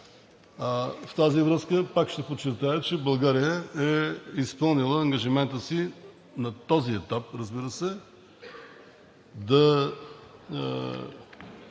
В тази връзка, пак ще подчертая, че България е изпълнила ангажимента си на този етап, разбира се, да